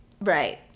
Right